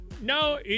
No